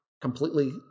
completely